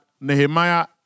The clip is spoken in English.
Nehemiah